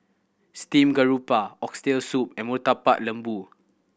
steamed garoupa Oxtail Soup and Murtabak Lembu